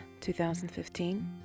2015